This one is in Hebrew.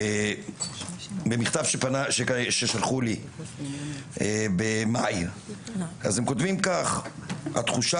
במכתב ששלחו לי במאי הם כתובים כך: "התחושה